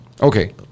Okay